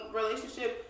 relationship